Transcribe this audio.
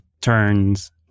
turns